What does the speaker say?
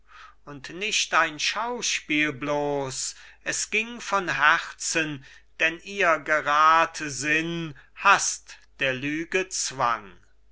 und nicht ein schauspiel bloß es ging von herzen denn ihr geradsinn haßt der lüge zwang